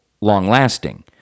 long-lasting